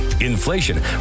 inflation